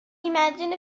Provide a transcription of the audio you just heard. imagine